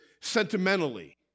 sentimentally